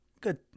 good